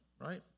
right